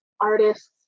artists